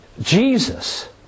Jesus